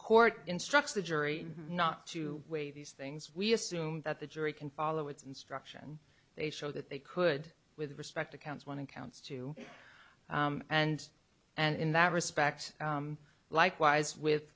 court instructs the jury not to weigh these things we assume that the jury can follow its instruction they show that they could with respect to counts one counts two and and in that respect likewise with